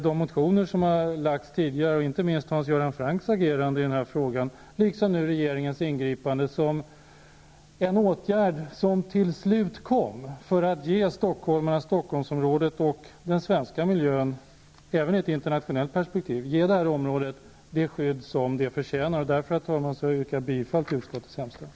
De motioner som tidigare väckts, och inte minst Hans Göran Francks agerande i frågan, och nu regeringens ingripande, har lett till något som till slut kommer att för stockholmarna, Stockholmsområdet och den svenska miljön -- även i ett internationellt perpektiv -- ge området det skydd det förtjänar. Herr talman! Jag yrkar bifall till utskottets hemställan.